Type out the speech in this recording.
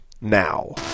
now